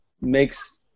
makes